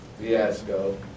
fiasco